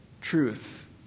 truth